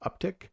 uptick